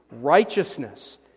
Righteousness